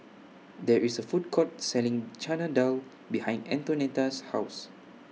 There IS A Food Court Selling Chana Dal behind Antonetta's House